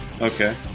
Okay